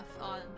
on